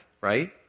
right